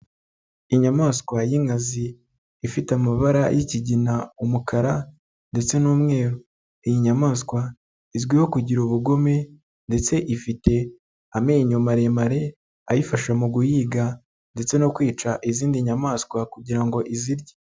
Inyamaswa y'inkazi, ifite amabara y'ikigina, umukara ndetse n'umweru, iyi nyamaswa izwiho kugira ubugome ndetse ifite amenyo maremare ayifasha mu guhiga ndetse no kwica izindi nyamaswa kugira ngo izirye.